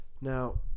Now